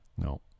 No